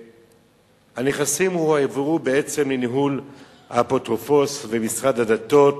והנכסים הועברו בעצם לניהול האפוטרופוס ומשרד הדתות,